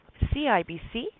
CIBC